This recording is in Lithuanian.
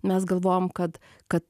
mes galvojam kad kad